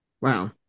Wow